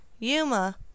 Yuma